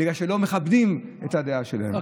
בגלל שלא מכבדים את הדעה שלהם.